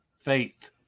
Faith